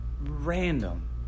Random